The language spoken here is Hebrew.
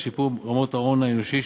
שיפור רמות ההון האנושי,